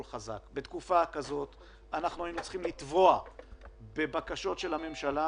חזק: בתקופה כזאת היינו צריכים לטבוע בבקשות של הממשלה